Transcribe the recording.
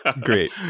great